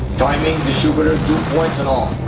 timing, distributor, dual points and all.